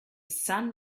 sun